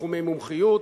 תחומי מומחיות,